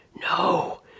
No